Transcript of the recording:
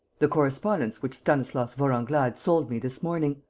the correspondence which stanislas vorenglade sold me this morning.